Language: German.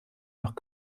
nach